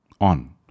on